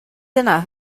yna